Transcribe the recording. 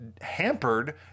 hampered